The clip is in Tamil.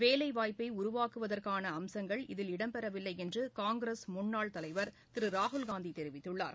வேலைவாய்ப்பை உருவாக்குவதற்கான அம்சங்கள் இதில் இடம்பெறவில்லை என்று காங்கிரஸ் முன்னாள் தலைவர் திரு ராகுல்காந்தி தெரிவித்துள்ளார்